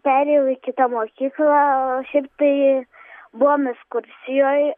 perėjau į kitą mokyklą šiaip tai buvom ekskursijoj